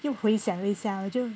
又回想了一下我就